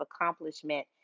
accomplishment